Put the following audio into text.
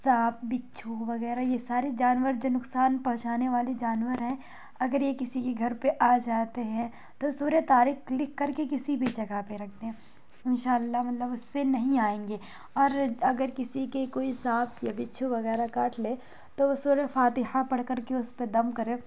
سانپ بچھو وغیرہ یہ سارے جانور جو نقصان پہنچانے والے جانور ہیں اگر یہ کسی کے گھر پہ آ جاتے ہیں تو سورہ طارق لکھ کر کے کسی بھی جگہ پہ رکھ دیں ان شاء اللہ مطلب اس سے نہیں آئیں گے اور اگر کسی کے کوئی سانپ یا بچھو وغیرہ کاٹ لے تو وہ سورہ فاتحہ پڑھ کر کے اس پہ دم کرے